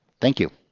thank you.